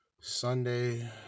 Sunday